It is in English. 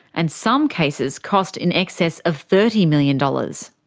and some cases cost in excess of thirty million dollars.